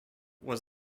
was